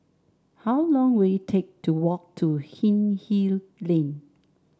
how long will it take to walk to Hindhede Lane